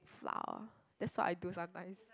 flour that's what I do sometimes